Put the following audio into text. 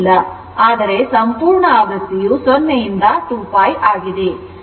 ಆದರೆ ಸಂಪೂರ್ಣ ಆವೃತ್ತಿಯು 0 ರಿಂದ 2π ಆಗಿದೆ